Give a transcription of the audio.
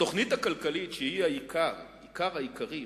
התוכנית הכלכלית, שהיא העיקר, עיקר העיקרים,